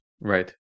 right